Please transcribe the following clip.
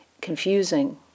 confusing